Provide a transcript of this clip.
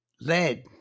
lead